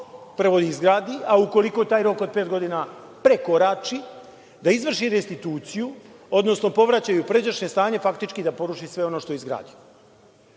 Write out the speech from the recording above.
prvo izgradi, a ukoliko taj rok od pet godina prekorači, da izvrši restituciju, odnosno povraćaj u pređašnje stanje, faktički da poruši sve ono što je